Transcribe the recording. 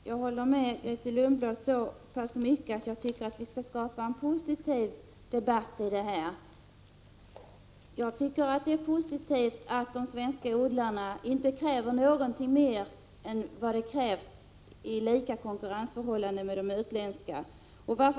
Herr talman! Jag håller med Grethe Lundblad så långt att jag tycker att vi skall skapa en positiv debatt om detta. Jag tycker att det är positivt att de svenska odlarna inte kräver någonting mer än likvärdiga konkurrensförhållanden jämfört med de utländska odlarna.